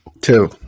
Two